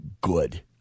good